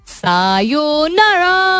sayonara